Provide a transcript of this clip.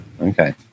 Okay